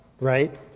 right